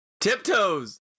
Tiptoes